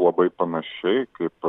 labai panašiai kaip